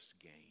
gain